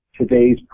today's